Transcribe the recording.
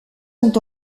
sont